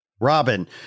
Robin